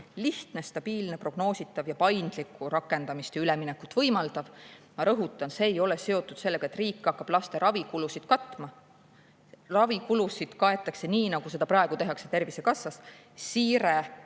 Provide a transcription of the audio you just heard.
lihtne, stabiilne, prognoositav ja paindlikku rakendamist ja üleminekut võimaldav. Ma rõhutan, see ei ole seotud sellega, et riik hakkab laste ravikulusid katma. Ravikulusid kaetakse nii, nagu seda praegu tehakse, Tervisekassast. Siirde